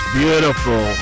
beautiful